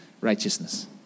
righteousness